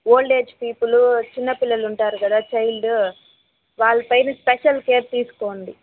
old age people చిన్న పిల్లలు ఉంటారు గదా చైల్డు వాళ్ళ పైన స్పెషల్ కేర్ తీసుకోండి